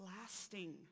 lasting